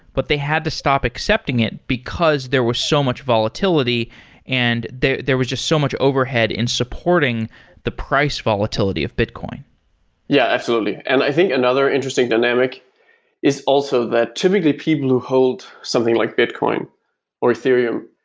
but they had to stop accepting it, because there was so much volatility and there was just so much overhead in supporting the price volatility of bitcoin yeah, absolutely. and i think another interesting dynamic is also that typically, people who hold something like bitcoin or ethereum,